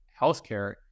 healthcare